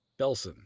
Belson